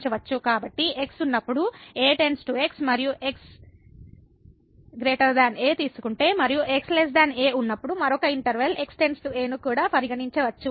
కాబట్టి x ఉన్నప్పుడు a→x మరియు x a తీసుకుంటే మరియు x a ఉన్నప్పుడు మరొక ఇంటర్వెల్ x → a ను కూడా పరిగణించవచ్చు